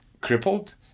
crippled